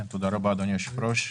תודה רבה, אדוני היושב-ראש.